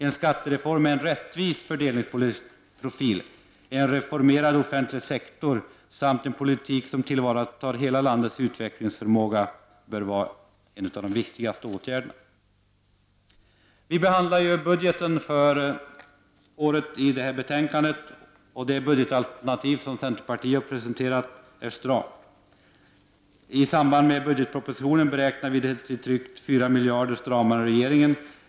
En skattereform med en rättvis fördelningsprofil, en reformerad offentlig sektor samt en politik som tillvaratar hela landets utvecklingsförmåga hör till de viktigaste åtgärderna. Fru talman! Vi behandlar i detta betänkande budgeten för 1990/91. Det budgetalternativ som centern har presenterat är stramt. I samband med budgetpropositionen beräknade vi det till drygt 4 miljarder stramare än regeringens.